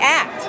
act